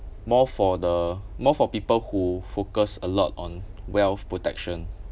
more for the more for people who focused a lot on wealth protection